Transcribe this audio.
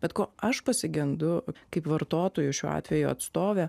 bet ko aš pasigendu kaip vartotojų šiuo atveju atstovė